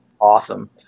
awesome